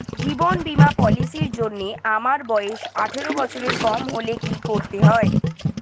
জীবন বীমা পলিসি র জন্যে আমার বয়স আঠারো বছরের কম হলে কি করতে হয়?